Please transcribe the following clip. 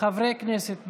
חברי הכנסת.